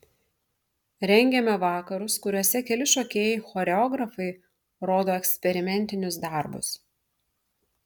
rengiame vakarus kuriuose keli šokėjai choreografai rodo eksperimentinius darbus